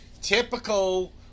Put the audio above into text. typical